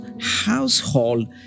household